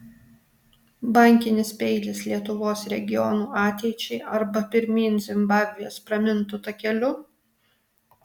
bankinis peilis lietuvos regionų ateičiai arba pirmyn zimbabvės pramintu takeliu